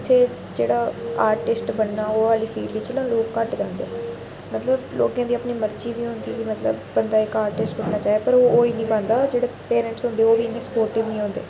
उत्थें जेह्ड़ा आर्टिस्ट बनना ओह् अल्ली फील्ड च न लोक घट्ट जंदे मतलब लोकें दी अपनी मर्जी बी होंदी मतलब बंदा इक आटिस्ट बनना चाहि्दा पर ओह् होई नेईं पांदा जेह्ड़े पेरेंट्स बी होंदे ओह् बी इन्ने सपोटिव नी होंदे